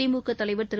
திமுகதலைவர் திரு